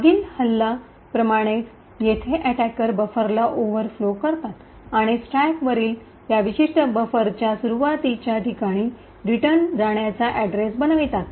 मागील हल्ल्या अटैक प्रमाणेच जेथे अटैकर बफरला ओव्हरफ्लो करतात आणि स्टॅकवरील त्या विशिष्ट बफरच्या सुरूवातीच्या ठिकाणी रिटर्न जाण्याचा अड्रेस बनवितात